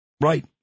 Right